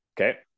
Okay